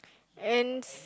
ants